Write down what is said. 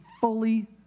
fully